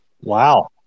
wow